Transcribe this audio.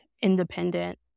independent